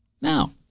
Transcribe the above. Now